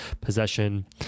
possession